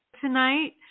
tonight